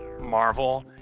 Marvel